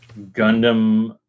gundam